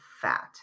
fat